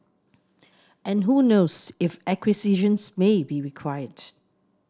and who knows if acquisitions may be required